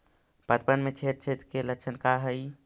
पतबन में छेद छेद के लक्षण का हइ?